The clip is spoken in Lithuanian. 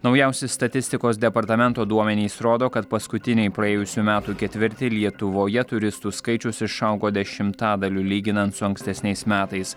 naujausi statistikos departamento duomenys rodo kad paskutinį praėjusių metų ketvirtį lietuvoje turistų skaičius išaugo dešimtadaliu lyginant su ankstesniais metais